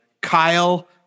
Kyle